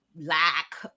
lack